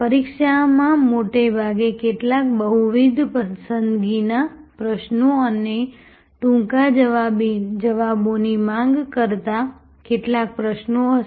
પરીક્ષામાં મોટે ભાગે કેટલાક બહુવિધ પસંદગીના પ્રશ્નો અને ટૂંકા જવાબોની માંગ કરતા કેટલાક પ્રશ્નો હશે